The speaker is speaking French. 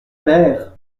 mère